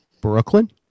Brooklyn